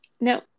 No